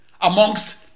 amongst